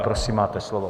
Prosím, máte slovo.